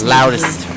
Loudest